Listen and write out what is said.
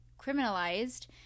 criminalized